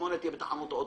בתחנות אוטובוסים.